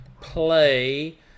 play